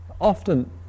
Often